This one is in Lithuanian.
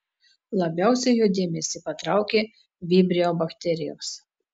labiausiai jo dėmesį patraukė vibrio bakterijos